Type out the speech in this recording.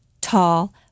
tall